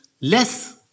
less